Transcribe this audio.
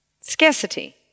Scarcity